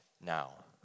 now